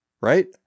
Right